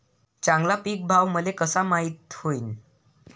चांगला पीक भाव मले कसा माइत होईन?